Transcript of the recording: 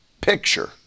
picture